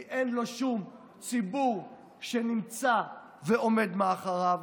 כי אין לו שום ציבור שנמצא ועומד מאחוריו.